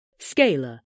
Scalar